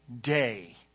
day